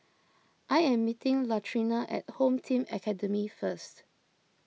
I am meeting Latrina at Home Team Academy first